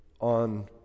on